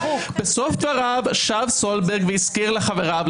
בסוף דבריו שב סולברג והזכיר לחבריו